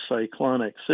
cyclonic